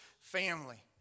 family